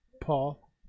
Paul